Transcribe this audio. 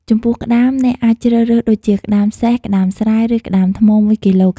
ចំពោះក្ដាម អ្នកអាចជ្រសរើសដូចជា ក្ដាមសេះ ក្ដាមស្រែ ឬ ក្ដាមថ្ម ១ គីឡូក្រាម ប៉ុន្ដែត្រូវជ្រើសរើសក្ដាមស្រស់ៗ ដែលនៅមានជីវិត។